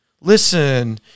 Listen